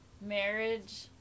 marriage